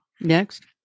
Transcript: Next